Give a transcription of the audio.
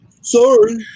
Sorry